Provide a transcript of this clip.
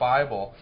Bible